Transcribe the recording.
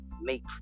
make